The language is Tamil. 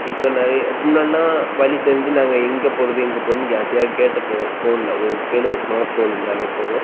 இப்போ நிறைய முன்னாடியெல்லாம் வழி தெரிஞ்சு நாங்கள் எங்கே போகிறது எங்கே போகிறதுன்னு யார்கிட்டயாது கேட்டுப்போம் ஃபோனில் உங்கள் கையில் ஒரு ஸ்மார்ட் ஃபோன் இருந்தாலே போதும்